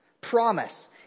Promise